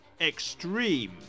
extreme